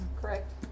Correct